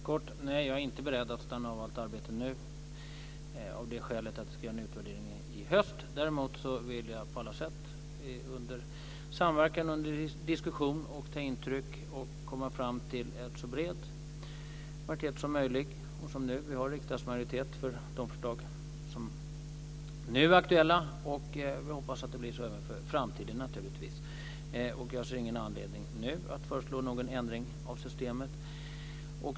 Fru talman! Nej, jag är inte beredd att stanna av allt arbete nu av det skälet att vi ska göra en utvärdering i höst. Däremot vill jag på alla sätt samverka, diskutera, få intryck och komma fram till en så bred majoritet som möjligt och som nu få riksdagsmajoritet för de förslag som är aktuella. Vi hoppas att det blir så även i framtiden. Jag ser ingen anledning nu att föreslå någon ändring av systemet.